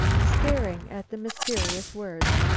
staring at the mysterious words,